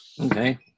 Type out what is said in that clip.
Okay